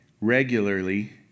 regularly